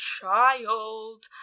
child